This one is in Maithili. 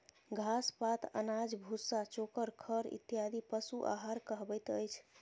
घास, पात, अनाज, भुस्सा, चोकर, खड़ इत्यादि पशु आहार कहबैत अछि